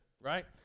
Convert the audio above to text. right